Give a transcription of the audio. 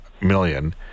million